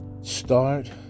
Start